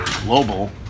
global